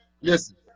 listen